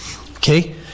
Okay